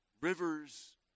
rivers